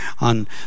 on